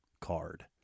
card